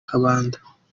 kabanda